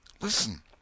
Listen